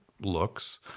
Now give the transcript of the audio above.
looks